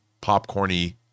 popcorn-y